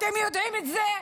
אתם יודעים את זה?